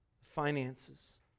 Finances